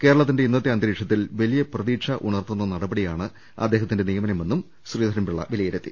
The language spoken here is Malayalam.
കേരളത്തിന്റെ ഇന്നത്തെ അന്തരീക്ഷത്തിൽ വലിയ പ്രതീക്ഷ ഉണർത്തുന്ന നടപടിയാണ് അദ്ദേഹത്തിന്റെ നിയമനമെന്നും ശ്രീധരൻപിള്ള വിലയിരുത്തി